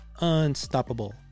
unstoppable